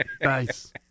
Nice